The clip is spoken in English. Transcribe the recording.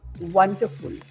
wonderful